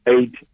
eight